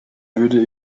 würde